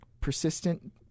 persistent